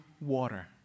water